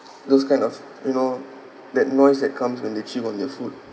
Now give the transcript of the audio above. those kind of you know that noise that comes when they chew on their food